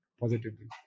positively